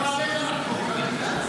גם עליך נחגוג,